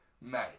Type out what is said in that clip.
mate